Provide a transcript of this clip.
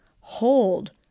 Hold